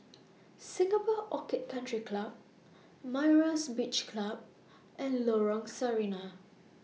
Singapore Orchid Country Club Myra's Beach Club and Lorong Sarina